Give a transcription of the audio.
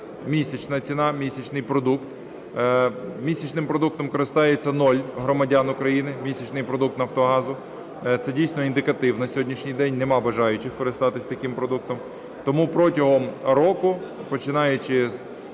місячна ціна, місячний продукт. Місячним продуктом користується нуль громадян України, місячним продуктом "Нафтогазу". Це, дійсно, індикатив на сьогоднішній день. Нема бажаючих користуватись таким продуктом. Тому протягом року, починаючи з